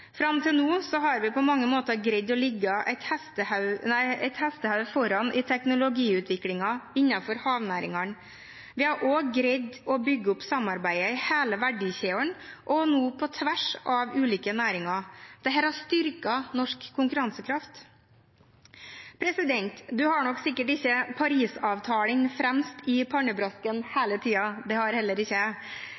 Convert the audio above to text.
Fram til nå har vi på mange måter greid å ligge et hestehode foran i teknologiutviklingen innenfor havnæringene. Vi har også greid å bygge opp samarbeidet i hele verdikjeden, og nå på tvers av ulike næringer. Dette har styrket norsk konkurransekraft. Presidenten har sikkert ikke Parisavtalen fremst i pannebrasken